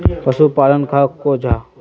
पशुपालन कहाक को जाहा?